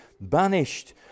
banished